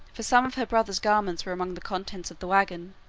for some of her brother's garments were among the contents of the wagon.